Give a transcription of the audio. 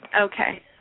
Okay